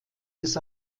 des